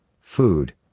food